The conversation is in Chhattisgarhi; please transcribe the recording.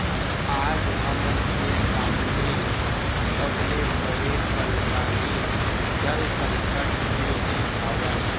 आज हमन के सामने सबले बड़े परसानी जल संकट के ही हावय